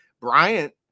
Bryant